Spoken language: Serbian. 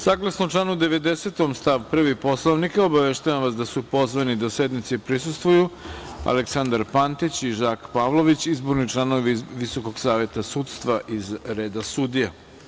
Saglasno članu 90. stav 1. Poslovnika, obaveštavam vas da su pozvani da sednici prisustvuju Aleksandar Pantić i Žak Pavlović, izborni članovi Visokog saveta sudstva iz reda sudija.